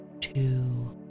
two